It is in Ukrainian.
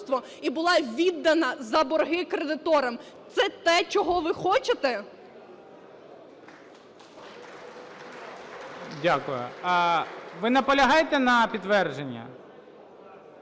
Дякую. Ви наполягаєте на підтвердженні?